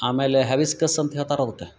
ಆಮೇಲೆ ಹೆಬಿಸ್ಕಸ್ ಅಂತ ಹೇಳ್ತಾರ ಅದಕ್ಕೆ